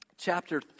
Chapter